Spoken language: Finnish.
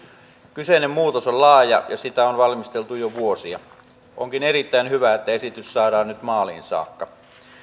kyseinen muutos on laaja ja sitä on valmisteltu jo vuosia onkin erittäin hyvä että esitys saadaan nyt maaliin saakka